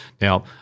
Now